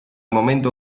momento